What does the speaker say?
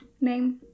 name